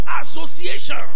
association